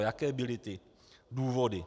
Jaké byly ty důvody?